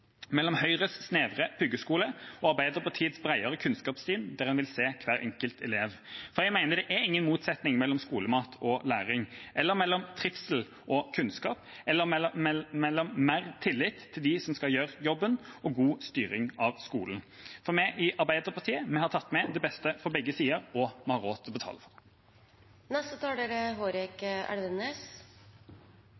mellom Høyre og Arbeiderpartiet, mellom Høyres snevre puggeskole og Arbeiderpartiets bredere kunnskapssyn, der en vil se hver enkelt elev. Jeg mener at det ikke er noen motsetning mellom skolemat og læring, mellom trivsel og kunnskap, eller mellom mer tillit til dem som skal gjøre jobben, og god styring av skolen. Vi i Arbeiderpartiet har tatt med det beste fra begge sider, og vi har råd til å betale.